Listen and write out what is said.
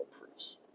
proofs